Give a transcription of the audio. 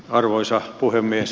arvoisa puhemies